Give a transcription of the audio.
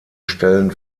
stellen